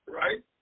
right